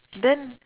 then